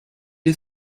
est